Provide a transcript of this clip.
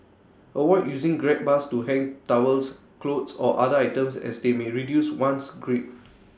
avoid using grab bars to hang towels clothes or other items as they may reduce one's grip